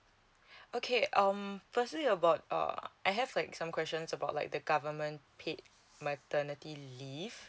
okay um firstly about uh I have like some questions about like the government paid maternity leave